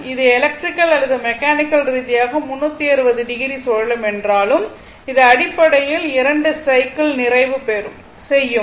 இது எலக்ட்ரிக்கல் அல்லது மெக்கானிக்கல் ரீதியாக 360 டிகிரி சுழலும் என்றாலும் இது அடிப்படையில் 2 சைக்கிள் நிறைவு செய்யும்